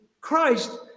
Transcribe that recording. Christ